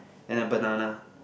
and a banana